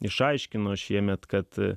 išaiškino šiemet kad